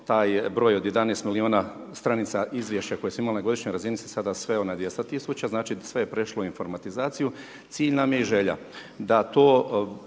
taj broj od 11 miliona stranica izvješća koje su imale na godišnjoj razini se sada sveo na 200 tisuća, znači sve je prešlo informatizaciju. Cilj nam je i želja da to